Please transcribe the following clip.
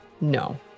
no